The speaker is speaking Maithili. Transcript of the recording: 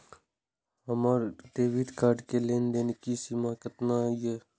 हमार डेबिट कार्ड के लेन देन के सीमा केतना ये?